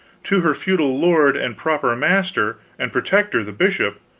to her feudal lord and proper master and protector the bishop,